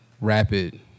rapid